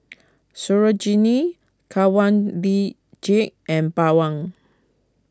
Sarojini Kanwaljit and Pawan